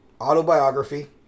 autobiography